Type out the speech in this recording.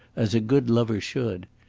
as a good lover should.